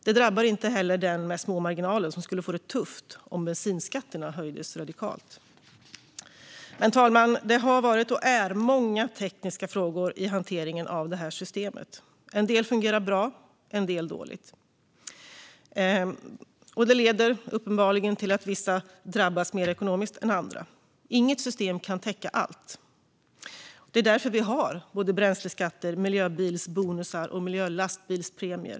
Det drabbar inte heller den med små marginaler som skulle få det tufft om bensinskatterna höjdes radikalt. Fru talman! Det har varit och är många tekniska frågor i hanteringen av det här systemet. En del fungerar bra, en del dåligt. Det leder uppenbarligen till att vissa drabbas mer ekonomiskt än andra. Inget system kan täcka allt. Det är därför vi har både bränsleskatter, miljöbilsbonusar och miljölastbilspremier.